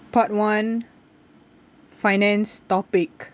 part one finance topic